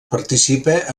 participa